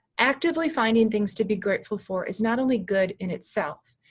actively finding things to be grateful for is not only good in itself,